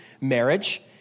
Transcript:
marriage